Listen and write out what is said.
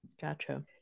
gotcha